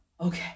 okay